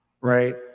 right